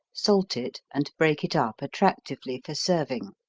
salt it and break it up attractively for serving.